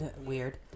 Weird